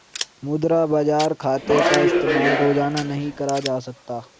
मुद्रा बाजार खाते का इस्तेमाल रोज़ाना नहीं करा जा सकता